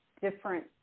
different